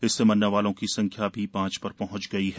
इससे मरने वालों की संख्या भी पांच पर पहॅच गयी है